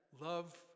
love